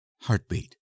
Heartbeat